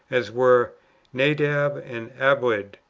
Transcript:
as were nadab and abiud.